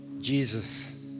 Jesus